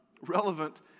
relevant